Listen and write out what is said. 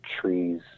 trees